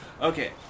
Okay